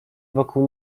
wokół